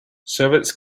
servants